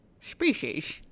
species